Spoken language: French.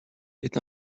est